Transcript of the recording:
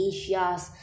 Asia's